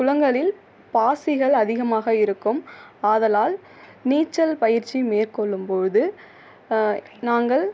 குளங்களில் பாசிகள் அதிகமாக இருக்கும் ஆதலால் நீச்சல் பயிற்சி மேற்கொள்ளும் பொழுது நாங்கள்